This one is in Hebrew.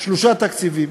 שלושה תקציבים,